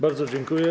Bardzo dziękuję.